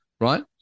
right